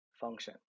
function